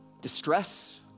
Distress